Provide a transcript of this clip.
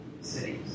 cities